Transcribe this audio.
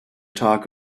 talk